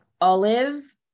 Olive